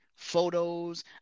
Photos